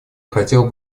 хотел